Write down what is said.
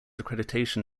accreditation